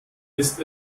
ist